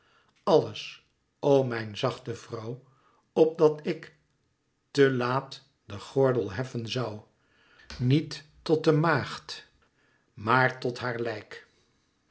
alles o mijn zachte vrouw opdat ik te laat den gordel heffen zoû niet tot de maagd maar tot haar lijk